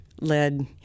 led